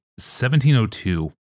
1702